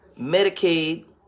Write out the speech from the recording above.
Medicaid